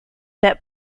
that